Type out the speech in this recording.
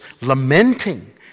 lamenting